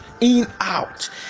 in-out